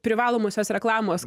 privalomosios reklamos